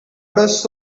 does